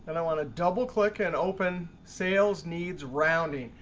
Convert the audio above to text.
and i want to double click and open sales needs rounding.